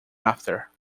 after